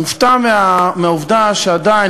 מופתע מהעובדה שעדיין,